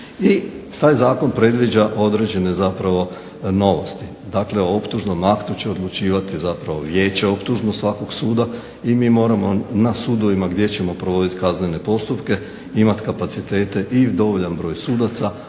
taj zakon predviđa određene novosti. Dakle o optužnom aktu će odlučivati zapravo Vijeće optužnog svakog suda i mi moramo na sudovima gdje ćemo provoditi kaznene postupke imati kapacitete i dovoljan broj sudaca,